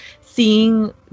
seeing